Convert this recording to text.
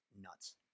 Nuts